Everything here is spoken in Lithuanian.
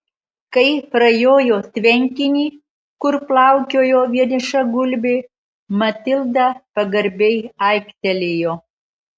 kai prajojo tvenkinį kur plaukiojo vieniša gulbė matilda pagarbiai aiktelėjo